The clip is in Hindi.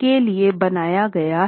के लिए बनाया गया है